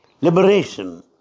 liberation